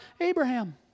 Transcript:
Abraham